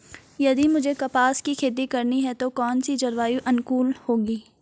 यदि मुझे कपास की खेती करनी है तो कौन इसी जलवायु अनुकूल होगी?